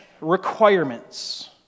Requirements